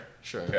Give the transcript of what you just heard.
sure